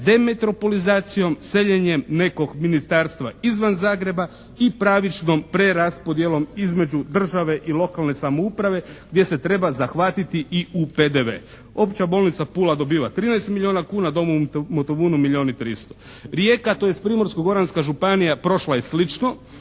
demetropolizacijom, seljenjem nekog ministarstva izvan Zagreba i pravičnom preraspodjelom između države i lokalne samouprave gdje se treba zahvatiti i u PDV. Opća bolnica "Pula" dobiva 13 milijuna kuna, dom u Motovunu milijun i 300. Rijeka tj. Primorsko-goranska županija prošla je slično